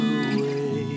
away